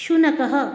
शुनकः